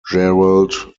gerald